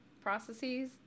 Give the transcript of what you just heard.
processes